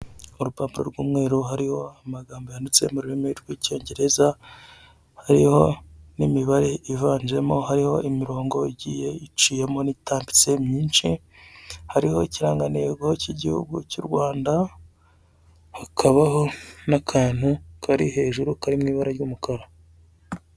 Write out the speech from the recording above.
Urupapuro rw'umweru, hariho amagambo yanditse mu rurimi rw'icyongereza, hariho n'imibare ivanzemo, hariho imirongo igiye iciyemo n'itambitse myinshi, hariho ikirangantego cy'Igihugu cy'u Rwanda, hakabaho n'akantu kari hejuru kari mu ibara ry'umukara.